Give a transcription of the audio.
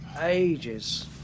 ages